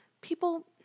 people